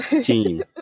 team